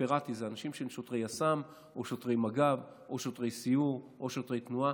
אלה אנשים שהם שוטרי יס"מ או שוטרי מג"ב או שוטרי סיור או שוטרי תנועה,